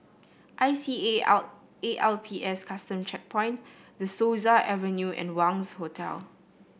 I C A L A L P S Custom Checkpoint De Souza Avenue and Wangz Hotel